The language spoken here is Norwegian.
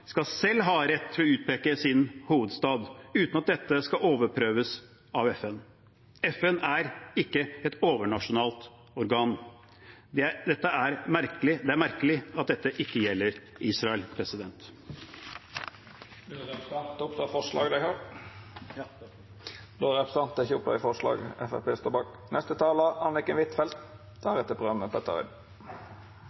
selv skal ha rett til å utpeke sin hovedstad, uten at dette skal overprøves av FN. FN er ikke et overnasjonalt organ. Det er merkelig at dette ikke gjelder Israel. Jeg tar opp forslaget fra Fremskrittspartiet. Representanten Christian Tybring-Gjedde har teke opp det forslaget han refererte til. Jeg hadde egentlig ikke